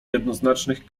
jednoznacznych